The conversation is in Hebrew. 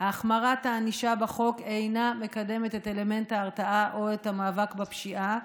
שהחמרת הענישה בחוק אינה מקדמת את אלמנט ההרתעה או את המאבק בפשיעה,